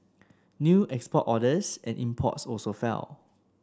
new export orders and imports also fell